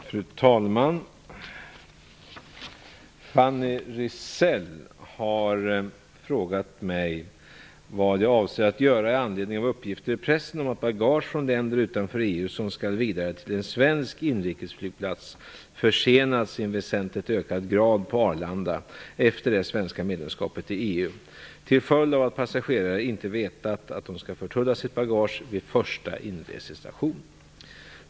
Fru talman! Fanny Rizell har frågat mig vad jag avser att göra i anledning av uppgifter i pressen om att bagage från länder utanför EU som skall vidare till en svensk inrikesflygplats försenats i en väsentligt ökad grad på Arlanda efter det svenska medlemskapet i EU till följd av att passagerare inte vetat att de skall förtulla sitt bagage vid första inresestation.